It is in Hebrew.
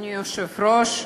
אדוני היושב-ראש,